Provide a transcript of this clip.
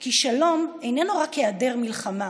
כי שלום איננו רק היעדר מלחמה,